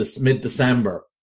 mid-December